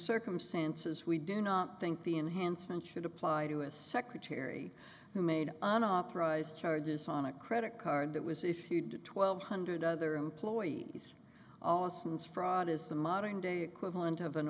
circumstances we do not think the enhancement should apply to a secretary who made a prize charges on a credit card that was issued to twelve hundred other employees austins fraud is the modern day equivalent of an